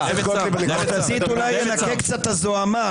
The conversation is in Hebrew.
לחלק צווי מעצר לראשי האופוזיציה, למשל.